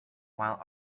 while